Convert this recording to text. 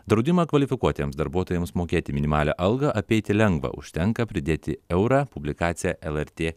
draudimą kvalifikuotiems darbuotojams mokėti minimalią algą apeiti lengva užtenka pridėti eurą publikacija lrt